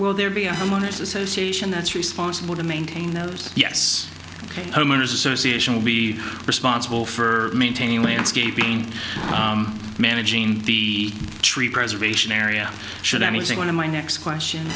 will there be a homeowners association that's responsible to maintain those yes homeowners association will be responsible for maintaining landscaping managing the tree preservation area should anything one of my next question